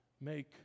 make